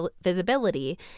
visibility